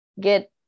get